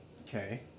Okay